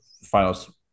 finals